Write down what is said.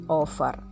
offer